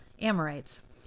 Amorites